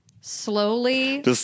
slowly